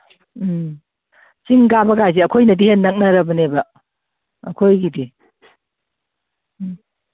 ꯎꯝ ꯆꯤꯡ ꯀꯥꯕꯒ ꯍꯥꯏꯁꯦ ꯑꯩꯈꯣꯏꯅꯗꯤ ꯍꯦꯟ ꯅꯛꯅꯔꯕꯅꯦꯕ ꯑꯩꯈꯣꯏꯒꯤꯗꯤ ꯎꯝ